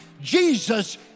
Jesus